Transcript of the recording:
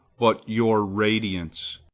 but your radiance.